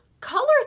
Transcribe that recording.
color